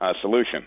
solution